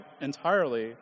entirely